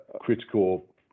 critical